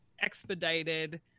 expedited